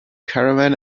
caravan